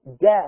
death